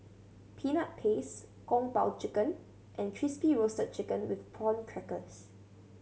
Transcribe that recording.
Peanut Paste Kung Po Chicken and Crispy Roasted Chicken with Prawn Crackers